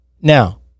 Now